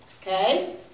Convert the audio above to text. Okay